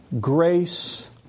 grace